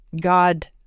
God